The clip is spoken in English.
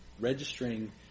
registering